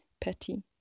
Petty